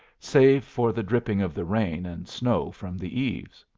save for the dripping of the rain and snow from the eaves.